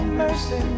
mercy